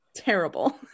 Terrible